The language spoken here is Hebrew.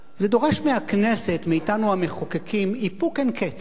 זה דורש מהכנסת, מאתנו המחוקקים, איפוק אין-קץ.